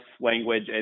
language